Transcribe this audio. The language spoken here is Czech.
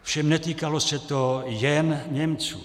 Ovšem netýkalo se to jen Němců.